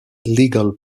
legal